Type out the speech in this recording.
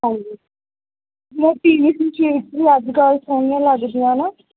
ਹਾਂਜੀ ਪੀ V C sheets ਵੀ ਅੱਜ ਕੱਲ੍ਹ ਸੋਹਣੀਆਂ ਲੱਗਦੀਆਂ ਨਾ